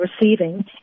receiving